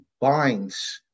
binds